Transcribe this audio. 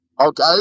okay